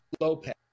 Lopez